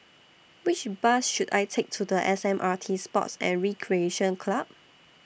Which Bus should I Take to S M R T Sports and Recreation Club